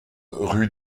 rue